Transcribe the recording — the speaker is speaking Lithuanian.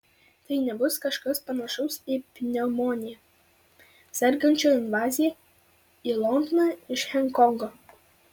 tai nebus kažkas panašaus į pneumonija sergančių invaziją į londoną iš honkongo